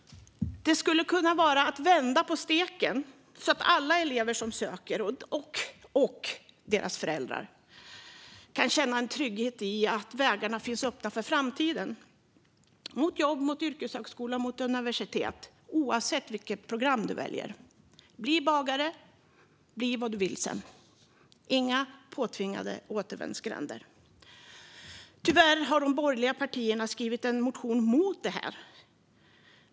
Det skulle kunna vara att vända på steken så att alla elever som söker, och deras föräldrar, kan känna en trygghet i att vägarna finns öppna i framtiden, mot jobb, mot yrkeshögskola och mot universitet, oavsett vilket program de väljer. Bli bagare! Bli vad du vill sedan. Det ska inte vara några påtvingade återvändsgränder. Tyvärr har de borgerliga partierna skrivit en motion mot detta.